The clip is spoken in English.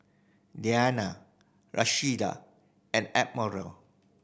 Diann Rashida and Admiral